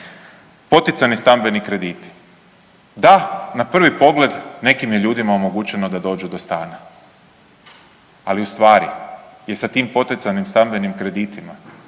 Poticajni stambeni krediti. Da, na prvi pogled nekim je ljudima omogućeno da dođu do stana, ali u stvari je sa tim poticajnim stambenim kreditima